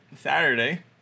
Saturday